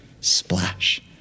splash